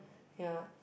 ya